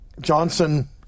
Johnson